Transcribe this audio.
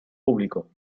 público